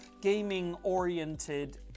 gaming-oriented